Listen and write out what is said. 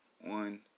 one